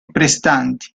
prestanti